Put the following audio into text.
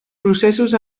processos